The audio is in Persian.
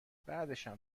بعدشم